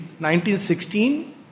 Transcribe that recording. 1916